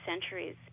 centuries